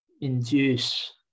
induce